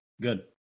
good